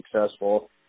successful